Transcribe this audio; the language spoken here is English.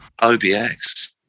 obx